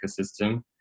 ecosystem